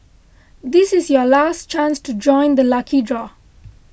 this is your last chance to join the lucky draw